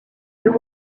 deux